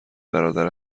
برادر